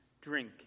drink